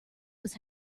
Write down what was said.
was